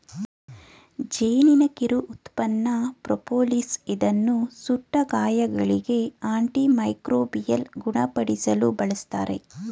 ಜೇನಿನ ಕಿರು ಉತ್ಪನ್ನ ಪ್ರೋಪೋಲಿಸ್ ಇದನ್ನು ಸುಟ್ಟ ಗಾಯಗಳಿಗೆ, ಆಂಟಿ ಮೈಕ್ರೋಬಿಯಲ್ ಗುಣಪಡಿಸಲು ಬಳ್ಸತ್ತರೆ